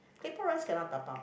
claypot rice cannot dabao